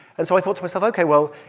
and so i thought to myself, ok, well,